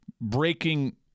breaking